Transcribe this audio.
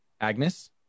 Agnes